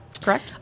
correct